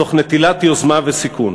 תוך נטילת יוזמה וסיכון.